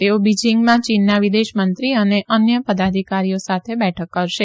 તેઓ બીજીંગમાં ચીનના વિદેશ મંત્રી અને અન્ય પદાધિકારીઓ સાથે બેઠક કરશે